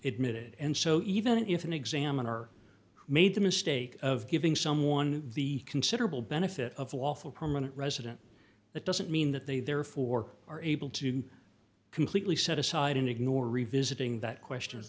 it and so even if an examiner made the mistake of giving someone the considerable benefit of a lawful permanent resident that doesn't mean that they therefore are able to completely set aside and ignore revisiting that question